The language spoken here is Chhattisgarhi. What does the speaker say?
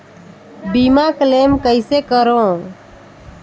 बीमा क्लेम कइसे करों?